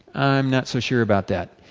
i am not so sure about that.